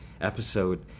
episode